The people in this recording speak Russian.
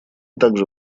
также